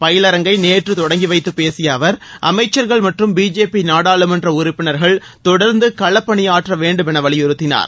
பயிலரங்கை நேற்று தொடங்கி வைத்து பேசிய அவர் அமைச்சர்கள் மற்றும் பிஜேபி நாடாளுமன்ற உறுப்பினர்கள் தொடர்ந்து களப்பணியாற்ற வேண்டும் என்று வலியுறுத்தினார்